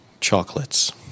chocolates